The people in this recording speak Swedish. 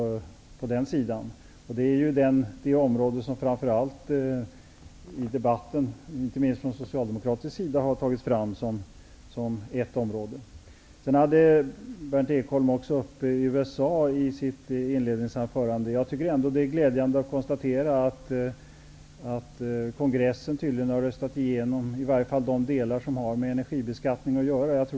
Det är ju det område som framför allt och inte minst socialdemokraterna har tagit upp i debatten. Berndt Ekholm talade om USA i sitt inledningsanförande. Det är ändå glädjande att kunna konstatera att kongressen tydligen har röstat igenom de delar som har med energibeskattning att göra.